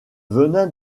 venin